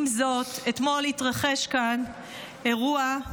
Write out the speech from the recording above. עם זאת, אתמול התרחש כאן אירוע.